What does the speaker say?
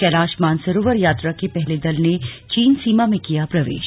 कैलाश मानसरोवर यात्रा के पहले दल ने चीन सीमा में किया प्रवेश